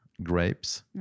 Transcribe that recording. grapes